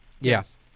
yes